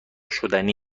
شدنی